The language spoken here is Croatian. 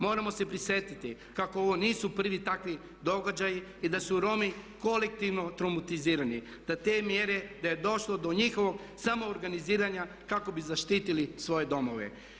Moramo se prisjetiti kako ovo nisu prvi takvi događaji i da su Romi kolektivno traumatizirani, da te mjere, da je došlo do njihovog samo organiziranja kako bi zaštitili svoje domove.